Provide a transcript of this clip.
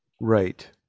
right